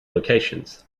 locations